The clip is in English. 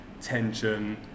tension